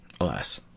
Alas